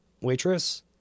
waitress